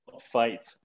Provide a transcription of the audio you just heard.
fight